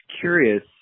curious